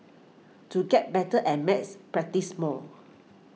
to get better at maths practise more